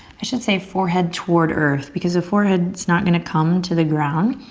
i should say forehead toward earth because the forehead's not gonna come to the ground.